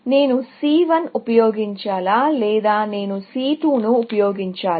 నేను C1 ఉపయోగించాలా లేదా నేను C2 ఉపయోగించాలా